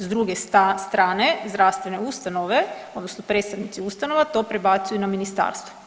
S druge strane zdravstvene ustanove odnosno predstavnici ustanova to prebacuju na ministarstva.